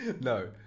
No